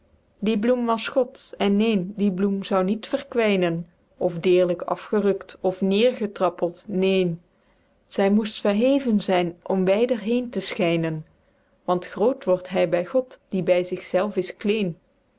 die bloem was gods en neen die bloem zou niet verkwynen of deerlyk afgerukt of neêrgetrappeld neen zy moest verheven zyn om wyder heen te schynen want groot wordt hy by god die by zich zelf is kleen